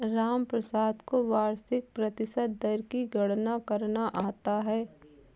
रामप्रसाद को वार्षिक प्रतिशत दर की गणना करना आता है